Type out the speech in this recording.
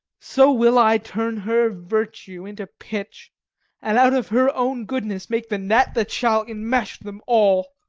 so will i turn her virtue into pitch and out of her own goodness make the net that shall enmesh them all.